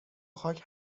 خاک